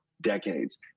decades